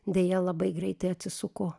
deja labai greitai atsisuko